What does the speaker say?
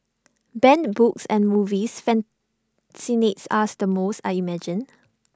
banned books and movies fascinates ask the most I imagine